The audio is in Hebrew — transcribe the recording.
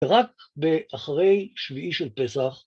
רק באחרי שביעי של פסח.